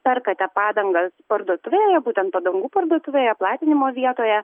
perkate padangas parduotuvėje būtent padangų parduotuvėje platinimo vietoje